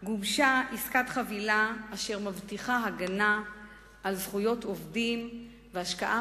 גובשה עסקת חבילה אשר מבטיחה הגנה על זכויות עובדים והשקעה